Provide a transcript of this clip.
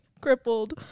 crippled